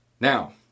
Now